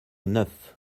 neuf